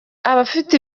abafite